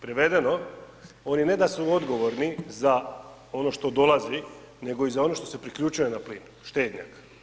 Prevedeno, oni ne da su odgovorni za ono što dolazi, nego i za ono što se priključuje na plin, štednjak.